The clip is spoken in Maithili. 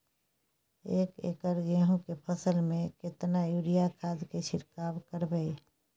एक एकर गेहूँ के फसल में केतना यूरिया खाद के छिरकाव करबैई?